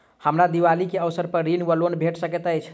हमरा दिपावली केँ अवसर पर ऋण वा लोन भेट सकैत अछि?